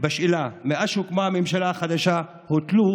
בשאלה: מאז שהוקמה הממשלה החדשה הוטלו